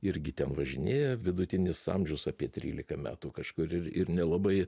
irgi ten važinėja vidutinis amžius apie trylika metų kažkur ir ir nelabai